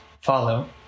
follow